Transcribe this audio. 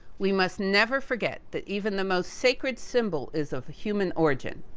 we must never forget that even the most sacred symbol, is of human origin.